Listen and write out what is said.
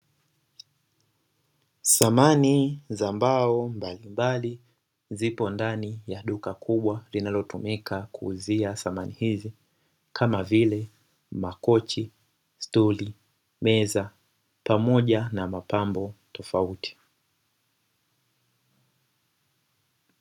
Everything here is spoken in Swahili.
Samani za mbao mbalimbali zipo ndani ya duka kubwa linalotumika kuuzia samani hizi kama vile: makochi, stuli, meza, pamoja na mapambo tofauti.